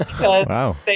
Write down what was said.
Wow